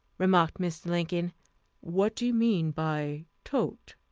remarked mr. lincoln what do you mean by tote?